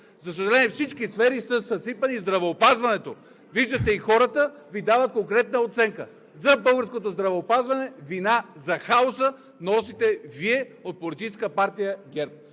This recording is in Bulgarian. За съжаление, всички сфери са съсипани – и здравеопазването. Виждате, че хората Ви дават конкретна оценка. За българското здравеопазване вина за хаоса носите Вие от Политическа партия ГЕРБ.